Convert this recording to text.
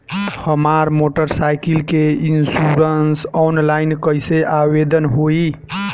हमार motorcycle के insurance online कईसे आवेदन होई?